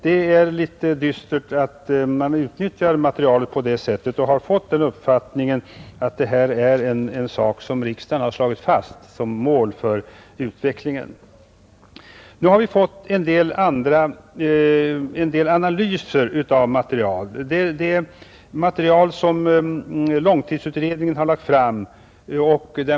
Det är litet dystert att man utnyttjar materialet på det sättet och att man har fått uppfattningen att detta är något som riksdagen har slagit fast som mål för utvecklingen. Nu har vi fått en del analyser av material. Det är material som långtidsutredningen har lagt fram.